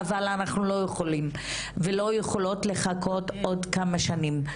אבל אנחנו לא יכולים ולא יכולות לחכות עוד כמה שנים.